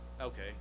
Okay